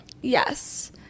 Yes